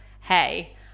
hey